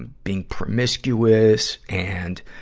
being promiscuous and,